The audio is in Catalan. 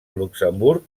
luxemburg